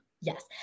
Yes